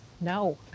no